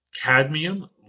cadmium